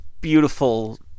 beautiful